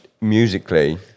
musically